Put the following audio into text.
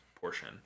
portion